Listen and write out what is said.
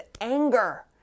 anger